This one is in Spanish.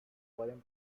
pueden